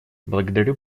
благодарю